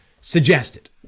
Suggested